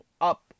up